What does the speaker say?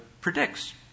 predicts